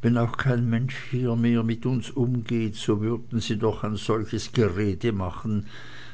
wenn auch kein mensch hier mehr mit uns umgeht so würden sie doch ein solches gerede machen